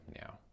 now